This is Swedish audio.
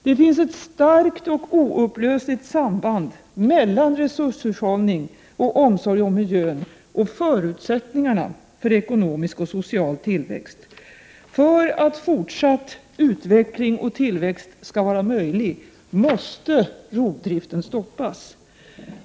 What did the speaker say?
Det finns ett starkt och oupplösligt samband mellan resurshushållning och omsorg om miljön och förutsättningarna för ekonomisk och social tillväxt. För att fortsatt utveckling och tillväxt skall vara möjlig måste rovdriften stoppas.